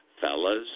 fellas